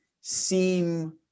seem